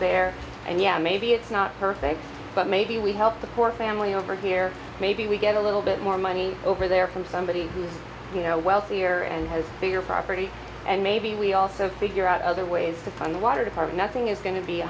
there and yeah maybe it's not perfect but maybe we help the poor family over here maybe we get a little bit more money over there from somebody who's you know wealthier and has your property and maybe we also figure out other ways to fund water to our nothing is going to be